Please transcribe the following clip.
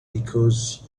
because